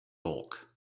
bulk